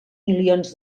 milions